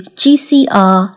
gcr